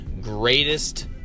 greatest